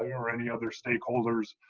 ah or any other stakeholders,